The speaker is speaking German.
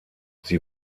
sie